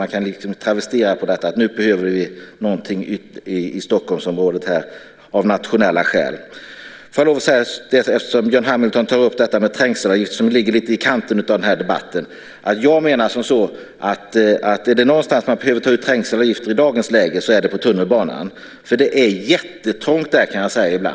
Man kan travestera detta och säga att vi nu behöver någonting i Stockholmsområdet av nationella skäl. Björn Hamilton tog upp trängselavgifter, som ligger lite i kanten av den här debatten. Jag menar: Är det någonstans man behöver ta ut trängselavgifter i dagens läge så är det på tunnelbanan. Där är det ibland jättetrångt, kan jag säga.